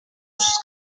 sus